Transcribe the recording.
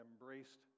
embraced